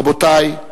רבותי,